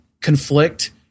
conflict